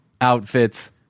outfits